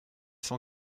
cent